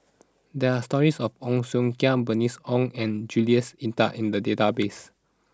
there are stories about Ong Siong Kai Bernice Ong and Jules Itier in the database